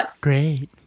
Great